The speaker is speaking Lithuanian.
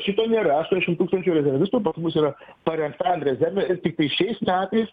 šito nerašo šimto tūkstančio rezervistų pas mus yra parengtam rezerve ir tiktai šiais metais